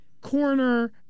corner